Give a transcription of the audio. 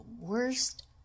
worst